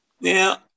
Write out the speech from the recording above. Now